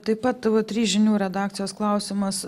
taip pat tv trys žinių redakcijos klausimas